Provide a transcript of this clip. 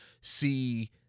see